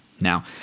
Now